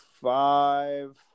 Five